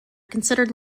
considered